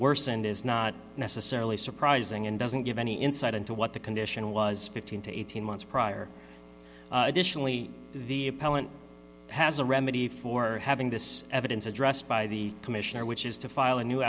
worsened is not necessarily surprising and doesn't give any insight into what the condition was fifteen to eighteen months prior the appellant has a remedy for having this evidence addressed by the commissioner which is to file a new